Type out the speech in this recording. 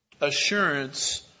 assurance